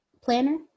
planner